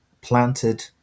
planted